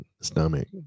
stomach